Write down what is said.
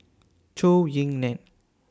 Zhou Ying NAN